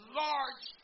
large